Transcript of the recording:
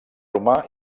romà